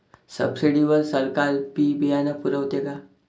Subsidy वर सरकार बी बियानं पुरवते का?